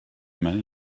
many